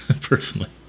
personally